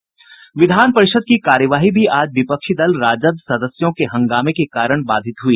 विधान परिषद की कार्यवाही भी आज विपक्षी दल राजद सदस्यों के हंगामे के कारण बाधित हुई